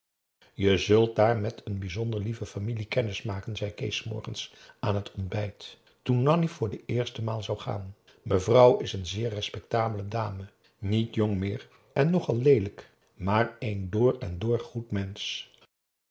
je zult daar met een bijzonder lieve familie kennis maken zei kees s morgens aan het ontbijt toen nanni voor de eerste maal zou gaan mevrouw is een zeer respectabele dame niet jong meer en nogal leelijk maar een door en door goed mensch